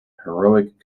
heroic